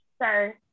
sir